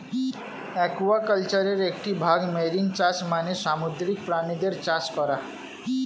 অ্যাকুয়াকালচারের একটি ভাগ মেরিন চাষ মানে সামুদ্রিক প্রাণীদের চাষ করা